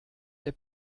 der